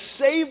save